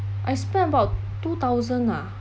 I spent about two thousand ah